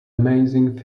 amazing